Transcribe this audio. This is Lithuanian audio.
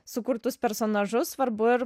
sukurtus personažus svarbu ir